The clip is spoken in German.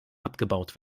abgebaut